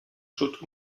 schutt